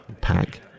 pack